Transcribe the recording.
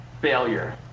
failure